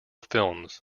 films